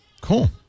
Cool